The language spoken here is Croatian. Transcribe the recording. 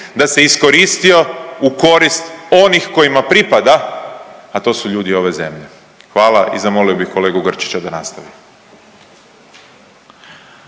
da se iskoristio u korist onih kojima pripada, a to su ljudi ove zemlje. Hvala i zamolio bi kolegu Grčića da nastavi.